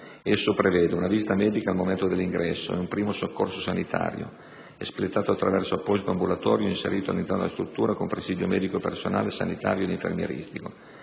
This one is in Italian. Esso prevede una visita medica al momento dell'ingresso e un primo soccorso sanitario, espletato attraverso apposito ambulatorio inserito all'interno della struttura con presidio medico e personale sanitario ed infermieristico;